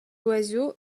oiseau